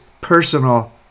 personal